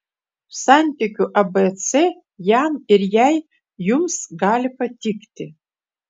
santykių abc jam ir jai jums gali patikti